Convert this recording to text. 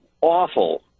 awful